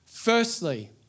Firstly